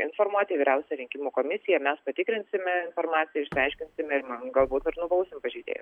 informuoti vyriausiąją rinkimų komisiją mes patikrinsime informaciją išsiaiškinsime ir na galbūt ir nubausim pažeidėjus